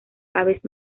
aves